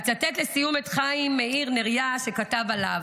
אצטט לסיום את חיים מאיר נריה, שכתב עליו: